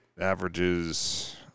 averages